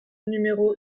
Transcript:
numéro